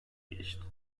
geçti